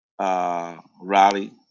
rally